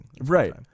Right